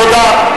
תודה.